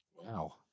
Wow